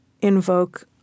invoke